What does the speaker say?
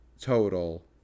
total